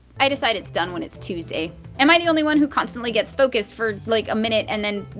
i decide it's done when it's tuesday am i the only one who constantly gets focused for like a minute, and then,